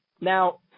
Now